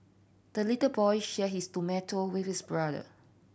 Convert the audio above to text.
the little boy share his tomato with his brother